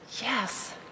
Yes